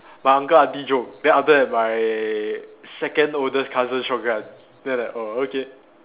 my uncle aunty joke then after that my second oldest cousin shotgun then like oh okay